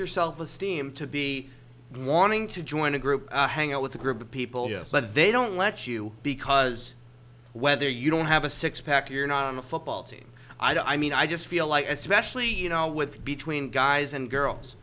your self esteem to be wanting to join a group hang out with a group of people yes but they don't let you because whether you don't have a six pack you're not on a football team i mean i just feel like especially you know with between guys and girls